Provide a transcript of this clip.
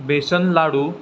बेसन लाडू